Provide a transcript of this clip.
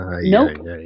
Nope